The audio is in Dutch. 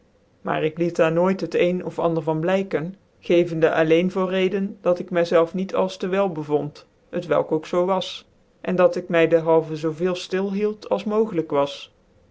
maar ik liet daar nooit het een of ander van blijken gevende alleen voor reden dat ik my zelrc niet als te wel bevond t welk ook zo was en dat ik my derhalven zoo veel ftil hield als mogelijk was